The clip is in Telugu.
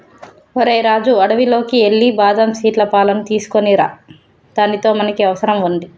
ఓరై రాజు అడవిలోకి ఎల్లి బాదం సీట్ల పాలును తీసుకోనిరా దానితో మనకి అవసరం వున్నాది